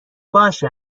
باشه